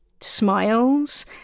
smiles